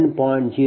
85 1